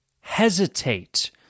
Hesitate